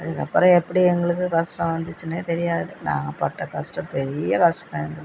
அதுக்கப்புறம் எப்படி எங்களுக்கு கஷ்டம் வந்துச்சுனே தெரியாது நாங்கள் பட்ட கஷ்டம் பெரிய கஷ்டம் எங்களுக்கு